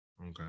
Okay